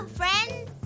friends